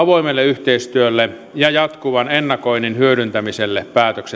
avoimeen yhteistyöhön ja jatkuvan ennakoinnin hyödyntämiseen päätöksenteossa